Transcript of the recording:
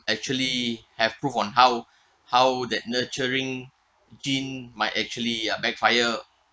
actually have prove on how how that nurturing gene might actually uh backfire